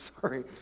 sorry